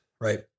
right